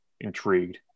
intrigued